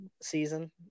season